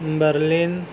Berlin